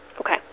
Okay